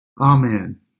Amen